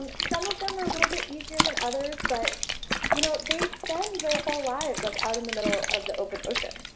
um some of them are a little bit easier than others. but you know they spend their whole lives like out in the middle of the open ocean.